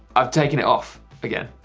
i've taken it off again.